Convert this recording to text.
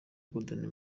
golden